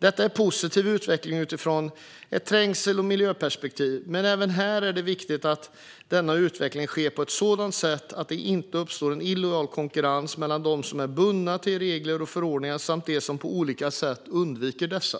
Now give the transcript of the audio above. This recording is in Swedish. Detta är en positiv utveckling utifrån ett trängsel och miljöperspektiv, men även här är det viktigt att denna utveckling sker på ett sådant sätt att det inte uppstår en illojal konkurrens mellan dem som är bundna till regler och förordningar och dem som på olika sätt undviker dessa.